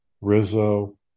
Rizzo